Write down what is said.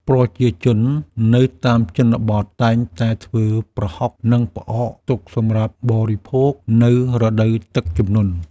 ប្រជាជននៅតាមជនបទតែងតែធ្វើប្រហុក និងផ្អកទុកសម្រាប់បរិភោគនៅរដូវទឹកជំនន់។